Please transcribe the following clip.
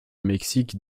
mexique